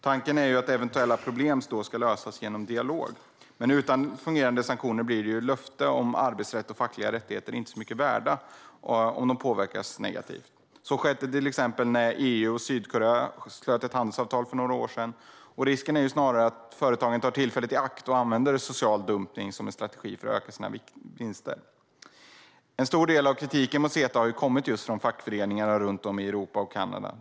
Tanken är att eventuella problem ska lösas genom dialog. Men utan fungerande sanktioner blir löften om att arbetsrätt och fackliga rättigheter inte ska påverkas negativt inte mycket värda. Så skedde till exempel när EU och Sydkorea slöt ett handelsavtal för några år sedan. Risken är snarare att företagen tar tillfället i akt och använder social dumpning som en strategi för att öka sina vinster. En stor del av kritiken mot CETA har kommit från just fackföreningar runt om i Europa och Kanada.